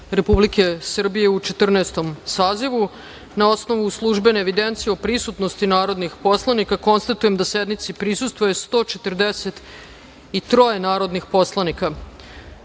Republike Srbije u Četrnaestom sazivu. Na osnovu službene evidencije o prisutnosti narodnih poslanika, konstatujem da sednici prisustvuje 143 narodna poslanika. Radi